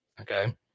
Okay